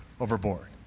overboard